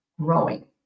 growing